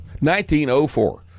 1904